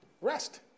rest